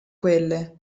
quelle